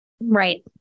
Right